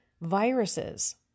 viruses